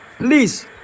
Please